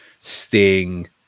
Sting